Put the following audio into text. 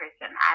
person